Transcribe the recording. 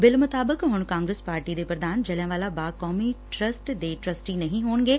bill ਮੁਤਾਬਿਕ ਹੁਣ Congress party ਦੇ ਪ੍ਧਾਨ ਜਲ਼ਿਆਂਵਾਲਾ ਬਾਗ ਕੌਮੀ ਟਰੱਸਟ ਦੇ ਟਰੱਸਟੀ ਨਹੀਂ ਰਹਿਣਗੇ